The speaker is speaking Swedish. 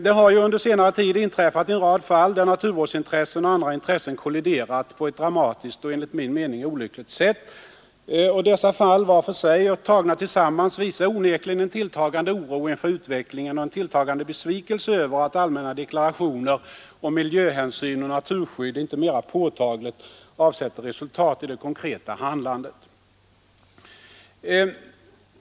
Det har ju under senare tid inträffat en rad fall där naturvårdsintressen och andra intressen kolliderat på ett dramatiskt och enligt min mening olyckligt sätt. Dessa fall var för sig och tagna tillsammans visar onekligen en tilltagande oro inför utvecklingen och en tilltagande besvikelse över att allmänna deklarationer om miljöhänsyn och naturskydd inte mera påtagligt avsätter resultat i det konkreta handlandet.